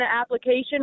application